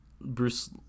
Bruce